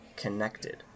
connected